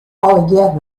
allegear